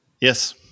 Yes